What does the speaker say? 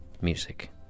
music